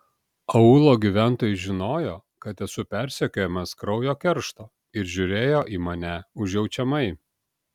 aūlo gyventojai žinojo kad esu persekiojamas kraujo keršto ir žiūrėjo į mane užjaučiamai